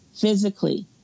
physically